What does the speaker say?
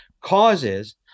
causes